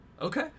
Okay